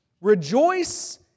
Rejoice